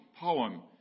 poem